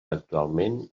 actualment